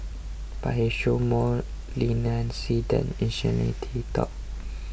but he showed more leniency than initially T thought